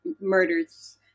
murders